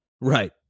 Right